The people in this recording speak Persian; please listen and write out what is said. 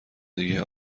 دیگه